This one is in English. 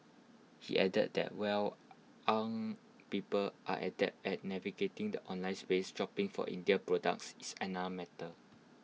he added that while young people are adept at navigating the online space shopping for Indian products is another matter